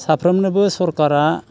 साफ्रोमनोबो सोरखारा